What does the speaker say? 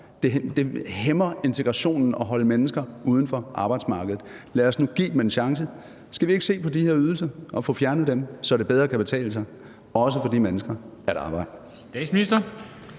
Det hæmmer integrationen at holde mennesker uden for arbejdsmarkedet. Lad os nu give dem en chance. Skal vi ikke se på de her ydelser og få fjernet dem, så det bedre kan betale sig, også for de mennesker, at arbejde?